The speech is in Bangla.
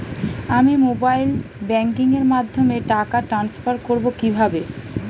আমি মোবাইল ব্যাংকিং এর মাধ্যমে টাকা টান্সফার করব কিভাবে?